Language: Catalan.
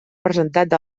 presentat